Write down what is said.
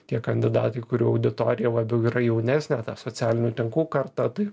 tie kandidatai kurie auditorija labiau yra jaunesnė socialinių tinklų karta tai